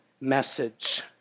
message